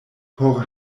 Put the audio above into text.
por